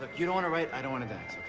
you don't want to write, i don't want to